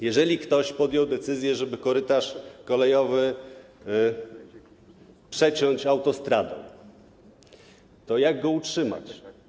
Jeżeli ktoś podjął decyzję, żeby korytarz kolejowy przeciąć autostradą, to jak go utrzymać?